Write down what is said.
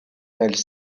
elle